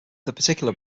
particular